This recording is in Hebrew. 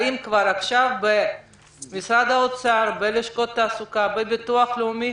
האם כבר עכשיו חושבים במשרד האוצר, בביטוח הלאומי